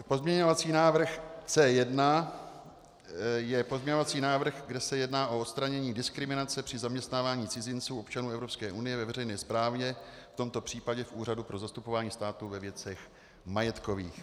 Pozměňovací návrh C1 je pozměňovací návrh, kde se jedná o odstranění diskriminace při zaměstnávání cizinců, občanů Evropské unie, ve veřejné správě, v tomto případě v Úřadu pro zastupování státu ve věcech majetkových.